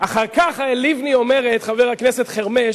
אחר כך לבני אומרת, חבר הכנסת חרמש,